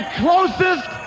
closest